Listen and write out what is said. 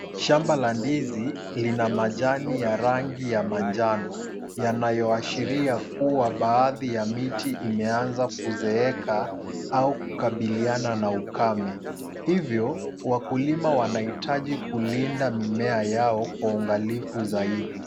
Shamba la ndizi lina majani ya rangi ya manjano, yanayoashiria kuwa baadhi ya miti imeanza kuzeeka, au kukabiliana na ukame. Hivyo, wakulima wanahitaji kulinda mimea yao kwa uangalifu zaidi.